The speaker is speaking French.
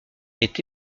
est